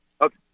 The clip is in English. Okay